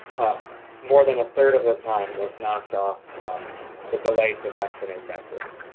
more than a third of the time was knocked off the delay to vaccinate that group.